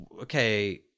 okay